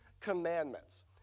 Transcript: Commandments